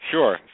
Sure